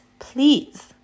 please